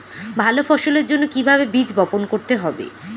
ভালো ফসলের জন্য কিভাবে বীজ বপন করতে হবে?